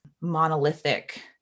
monolithic